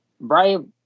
Brian